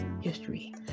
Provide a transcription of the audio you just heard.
history